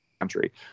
country